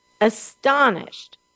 astonished